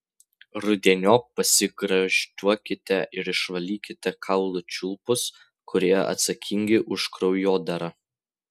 rudeniop pasigardžiuokite ir išvalykite kaulų čiulpus kurie atsakingi už kraujodarą